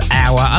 hour